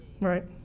right